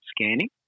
scanning